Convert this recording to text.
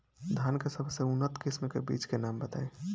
धान के सबसे उन्नत किस्म के बिज के नाम बताई?